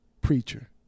Preacher